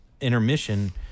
intermission